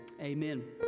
amen